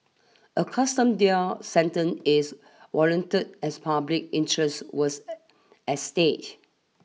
a custom deal sentence is warranted as public interest was at stake